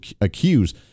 accuse